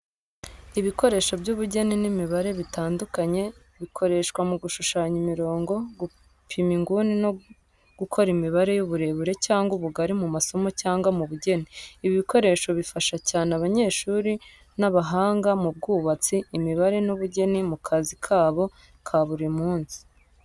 Ibikoresho by’ubugeni n’imibare bitandukanye bikoreshwa mu gushushanya imirongo, gupima inguni no gukora imibare y’uburebure cyangwa ubugari mu masomo cyangwa mu bugeni. Ibi bikoresho bifasha cyane abanyeshuri n’abahanga mu by’ubwubatsi, imibare n’ubugeni mu kazi kabo ka buri munsi.